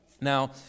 Now